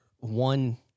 one